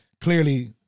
clearly